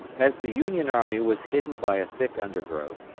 as the union army was hidden by a thick undergrowth,